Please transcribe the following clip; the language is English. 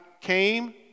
came